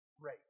rate